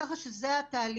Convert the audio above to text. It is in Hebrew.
ככה שזה התהליך.